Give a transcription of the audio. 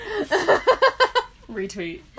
Retweet